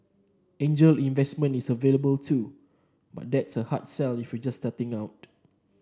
angel investment is available too but that's a hard sell if you're just starting out